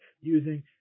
using